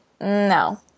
no